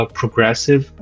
progressive